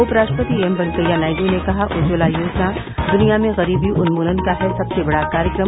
उप राष्ट्रपति एमवैंकैया नायडू ने कहा उज्ज्वला योजना दुनिया में गरीबी उन्मूलन का है सबसे बड़ा कार्यक्रम